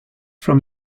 from